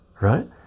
right